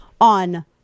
on